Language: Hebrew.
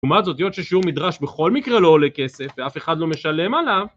לעומת זאת, יוד ששיעור מדרש בכל מקרה לא עולה כסף, ואף אחד לא משלם עליו.